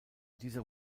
dieser